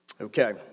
Okay